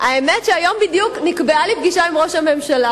האמת שהיום בדיוק נקבעה לי פגישה עם ראש הממשלה,